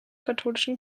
katholischen